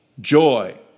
joy